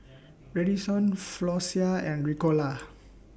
Redoxon Floxia and Ricola